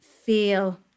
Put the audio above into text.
feel